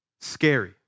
Scary